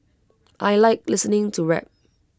I Like listening to rap